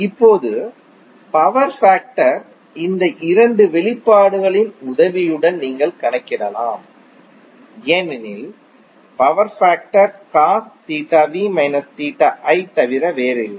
இப்போது power factor இந்த 2 வெளிப்பாடுகளின் உதவியுடன் நீங்கள் கணக்கிடலாம் ஏனெனில் பவர் ஃபேக்டர் தவிர வேறில்லை